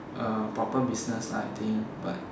uh proper business lah I think but